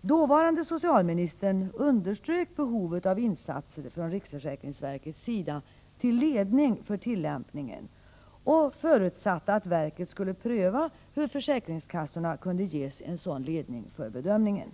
Dåvarande socialministern underströk behovet av insatser från riksförsäkringsverkets sida till ledning för tillämpningen och förutsatte att verket skulle pröva hur försäkringskassorna kunde ges en sådan ledning för bedömningen.